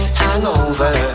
hangover